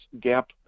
gap